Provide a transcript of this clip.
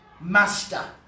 master